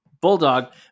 Bulldog